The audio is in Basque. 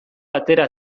atera